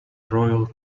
royal